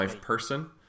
person